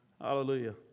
hallelujah